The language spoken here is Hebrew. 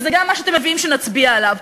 וזה גם מה שאתם מביאים שנצביע עליו.